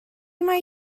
mai